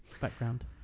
Background